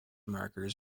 markers